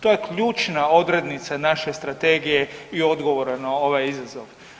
To je ključna odrednica naše strategije i odgovora na ovaj izazov.